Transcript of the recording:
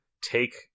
take